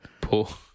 Poor